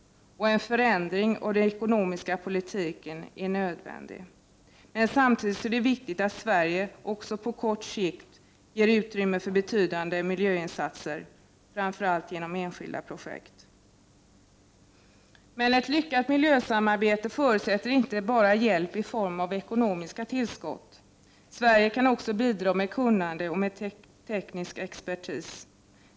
En förändring av den ekonomiska politiken är nödvändig. Samtidigt är det viktigt att Sverige också på kort sikt ger ett utrymme för betydande miljöinsatser, framför allt genom enskilda projekt. Ett lyckat miljösamarbete förutsätter inte bara hjälp i form av ekonomiska tillskott. Sverige kan också bidra med kunnande och med teknisk expertis.